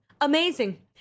amazing